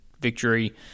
victory